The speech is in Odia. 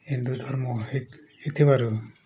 ହିନ୍ଦୁ ଧର୍ମ ହେ ହେଇଥିବାରୁ